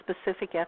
specific